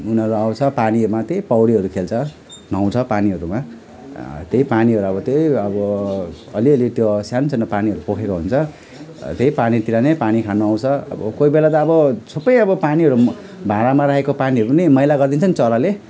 उनीहरू आउँछ पानीमा त्यही पौडीहरू खेल्छ नुहाउँछ पानीहरूमा त्यही पानीहरू अब त्यही अब अलिअलि त्यो सानसानो पानी पोखिएको हुन्छ त्यही पानीतिर नै पानी खानु आउँछ अब कोही बेला त अब सबै अब पानीहरू भाँडामा राखिएको पानीहरू पनि मैला गरिदिन्छ नि चराले